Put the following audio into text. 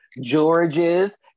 George's